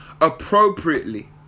appropriately